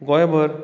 गोंयभर